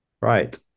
Right